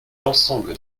l’ensemble